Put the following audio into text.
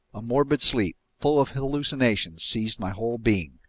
a morbid sleep, full of hallucinations, seized my whole being.